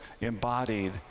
embodied